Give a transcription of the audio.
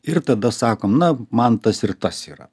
ir tada sakom na man tas ir tas yra